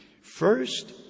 First